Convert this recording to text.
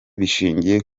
bishingiye